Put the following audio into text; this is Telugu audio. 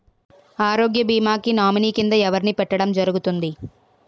ఆరోగ్య భీమా కి నామినీ కిందా ఎవరిని పెట్టడం జరుగతుంది?